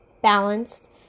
balanced